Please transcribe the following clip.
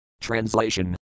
Translation